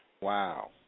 Wow